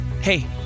Hey